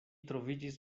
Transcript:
troviĝis